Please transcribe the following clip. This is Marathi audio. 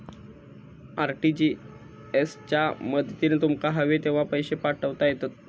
आर.टी.जी.एस च्या मदतीन तुमका हवे तेव्हा पैशे पाठवता येतत